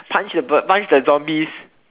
punch the bird punch the zombies